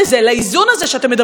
לאיזון הזה שאתם מדברים עליו,